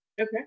okay